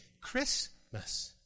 Christmas